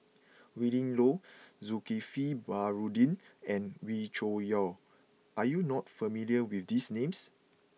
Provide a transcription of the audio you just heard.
Willin Low Zulkifli Baharudin and Wee Cho Yaw are you not familiar with these names